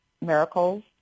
miracles